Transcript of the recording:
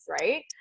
Right